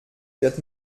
wird